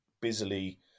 busily